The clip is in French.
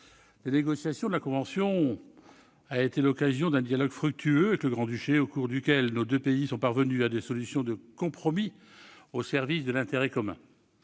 La négociation de la convention a été l'occasion d'un dialogue fructueux avec le Grand-Duché, au cours duquel nos deux pays sont parvenus à des solutions de compromis au service de l'intérêt commun.